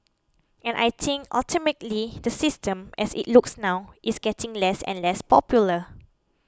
and I think ultimately the system as it looks now is getting less and less popular